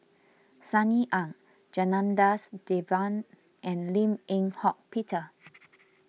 Sunny Ang Janadas Devan and Lim Eng Hock Peter